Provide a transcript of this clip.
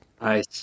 Nice